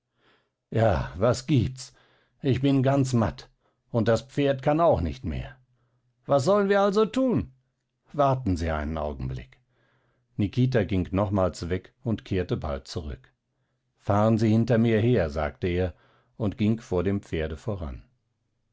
ja was gibt's ich bin ganz matt und das pferd kann auch nicht mehr was sollen wir nun also tun warten sie einen augenblick nikita ging nochmals weg und kehrte bald zurück fahren sie hinter mir her sagte er und ging vor dem pferde voran